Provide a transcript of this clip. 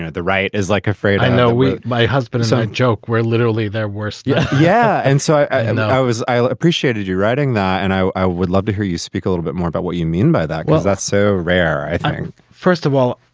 the right is like afraid. i know my husband side joke where literally they're worse. yeah. yeah. and so i and i was i appreciated you writing that. and i i would love to hear you speak a little bit more about what you mean by that. well, that's so rare i think, first of all,